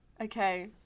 Okay